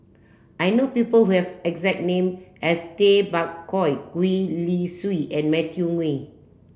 I know people who have exact name as Tay Bak Koi Gwee Li Sui and Matthew Ngui